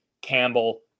Campbell